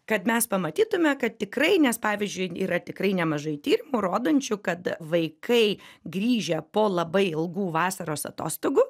kad mes pamatytume kad tikrai nes pavyzdžiui yra tikrai nemažai tyrimų rodančių kad vaikai grįžę po labai ilgų vasaros atostogų